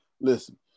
Listen